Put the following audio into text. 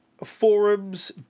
forums